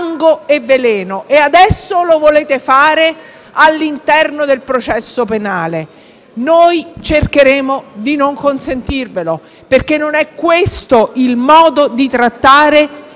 E adesso lo volete fare all'interno del processo penale. Cercheremo di non consentirvelo, perché non è questo il modo di trattare